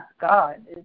God